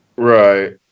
Right